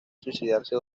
suicidarse